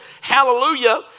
hallelujah